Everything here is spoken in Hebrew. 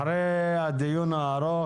אחרי הדיון הארוך,